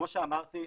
כמו שאמרתי,